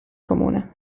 comune